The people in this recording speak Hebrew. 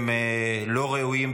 הם לא ראויים,